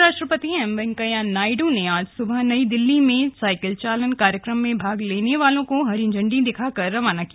उपराष्ट्रपति एम वेंकैया नायड् ने आज सुबह नई दिल्ली में साइकिल चालन कार्यक्रम में भाग लेने वालों को झंडी दिखाकर रवाना किया